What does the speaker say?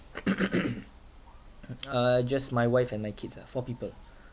uh just my wife and my kids ah four people